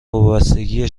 وابستگیه